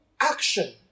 action